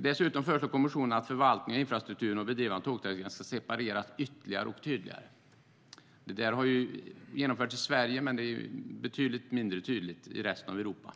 Dessutom föreslår kommissionen att förvaltning av infrastrukturen och bedrivandet av tågtrafiken ska separeras ytterligare och tydligare. Detta har genomförts i Sverige, men det är mindre tydligt i resten av Europa.